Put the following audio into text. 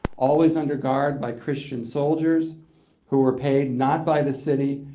always under guard by christian soldiers who were paid, not by the city,